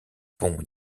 pont